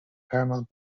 paramount